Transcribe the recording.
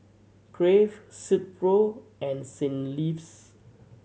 Crave Silkpro and Saint Lves